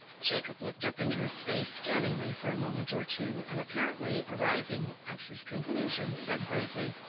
jacob looked up into his face scanningly for a moment or two, and apparently arriving at his conclusions, said gravely,